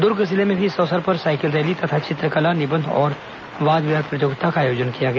द्र्ग जिले में भी इस अवसर पर साइकिल रैली तथा चित्रकला निबंध औरं वाद विवाद प्रतियोगिता का आयोजन किया गया